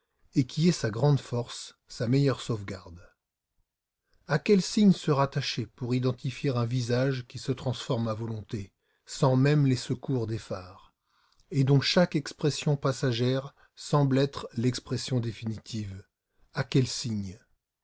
et qui est sa grande force sa meilleure sauvegarde à quels signes se rattacher pour identifier un visage qui se transforme à volonté sans même les secours des fards et dont chaque expression passagère semble être l'expression définitive à quels signes